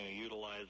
utilize